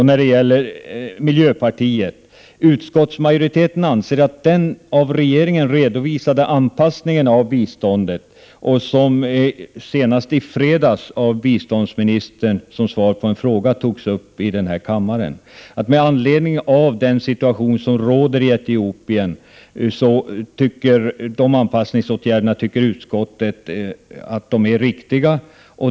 När det gäller mp-reservationen anser utskottsmajoriteten att den av regeringen redovisade anpassningen av biståndet — vilken senast i fredags togs upp av biståndsministern som svar på en fråga i kammaren — med anledning av den situation som råder i Etiopien är riktig.